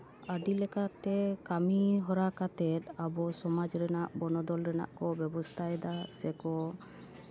ᱟᱹᱰᱤ ᱞᱮᱠᱟᱛᱮ ᱠᱟᱹᱢᱤ ᱦᱚᱨᱟ ᱠᱟᱛᱮᱫ ᱟᱵᱚ ᱥᱚᱢᱟᱡᱽ ᱨᱮᱱᱟᱜ ᱵᱚᱱᱚᱫᱚᱞ ᱨᱮᱱᱟᱜ ᱠᱚ ᱵᱮᱵᱚᱥᱛᱷᱟᱭᱮᱫᱟ ᱥᱮᱠᱚ